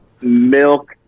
milk